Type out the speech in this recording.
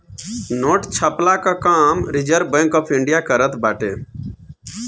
note छ्पला कअ काम रिजर्व बैंक ऑफ़ इंडिया करत बाटे